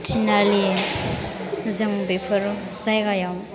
टिनालि जों बेफोर जायगायाव